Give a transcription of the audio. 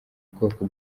ubwoko